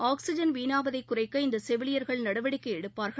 oxygen வீணாவதைகுறைக்க இந்தசெவிலியர்கள் நடவடிக்கைஎடுப்பார்கள்